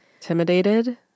intimidated